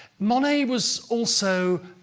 monet was also,